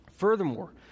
Furthermore